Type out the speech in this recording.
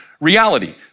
reality